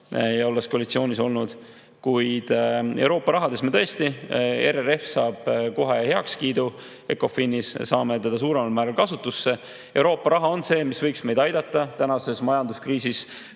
olles koalitsioonis olnud. Kuid Euroopa raha puhul tõesti, RRF saab kohe heakskiidu Ecofinis – saame seda suuremal määral kasutusse. Euroopa raha on see, mis võiks meid aidata tänases majanduskriisis